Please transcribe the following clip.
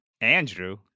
Andrew